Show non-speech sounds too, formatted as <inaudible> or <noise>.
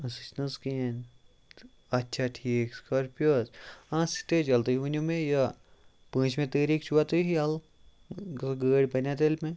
<unintelligible> سُہ چھِنہٕ حظ کِہیٖنۍ تہٕ اَچھا ٹھیٖک سِکارپِیو حظ آ سِٹیجَل تُہۍ ؤنِو مےٚ یہِ پٲنٛژمہِ تٲریٖخ چھُوا تُہۍ یَلہٕ گٲڑۍ بنیٛا تیٚلہِ مےٚ